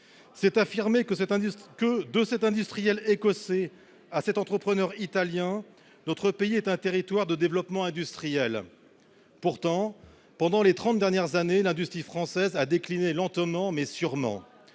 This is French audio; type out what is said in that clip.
C'est affirmer que, de cet industriel écossais à cet entrepreneur italien, notre pays est un territoire de développement industriel. Pourtant, pendant les trente dernières années, l'industrie française a décliné lentement, mais sûrement.